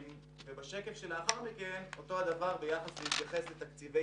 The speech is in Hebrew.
בשקף שלאחר מכן אותו הדבר בהתייחס לתקציבי